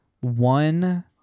one